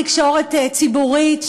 תקשורת ציבורית,